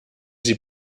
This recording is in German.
sie